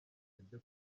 byo